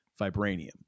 Vibranium